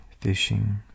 fishing